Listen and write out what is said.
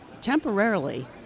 temporarily